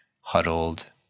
huddled